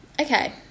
Okay